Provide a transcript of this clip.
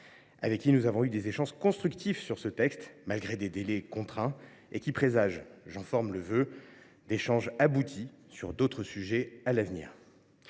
avec qui nous avons eu des échanges constructifs, malgré des délais contraints : voilà qui présage, j’en forme le vœu, d’échanges aboutis sur d’autres sujets à l’avenir.